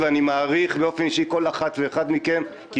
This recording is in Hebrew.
הוא גירעון מדאיג וצומח ואף אחד לא מטפל בו.